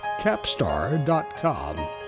Capstar.com